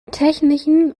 technischen